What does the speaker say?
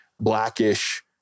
Blackish